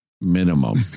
Minimum